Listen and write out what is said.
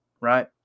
right